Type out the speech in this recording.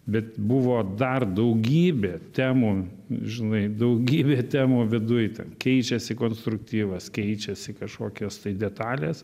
bet buvo dar daugybė temų žinai daugybė temų viduj ten keičiasi konstruktyvas keičiasi kažkokios tai detalės